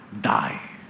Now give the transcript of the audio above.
die